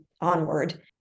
onward